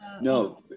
no